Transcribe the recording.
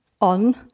on